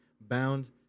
Bound